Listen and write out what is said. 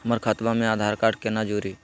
हमर खतवा मे आधार कार्ड केना जुड़ी?